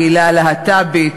הקהילה הלהט"בית.